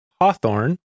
Hawthorne